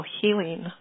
healing